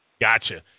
Gotcha